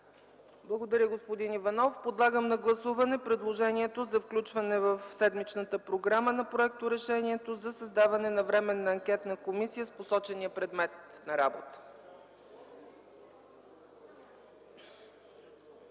Благодаря, господин Иванов. Подлагам на гласуване предложението за включване в седмичната програма на Проекторешението за създаване на временна анкетна комисия с посочения предмет на работа.